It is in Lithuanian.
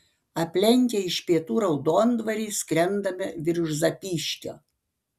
aplenkę iš pietų raudondvarį skrendame virš zapyškio